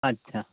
ᱟᱪᱪᱷᱟ